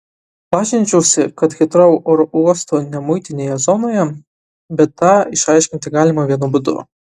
lažinčiausi kad hitrou oro uosto nemuitinėje zonoje bet tą išsiaiškinti galima vienu būdu